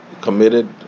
committed